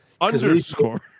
Underscore